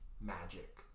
magic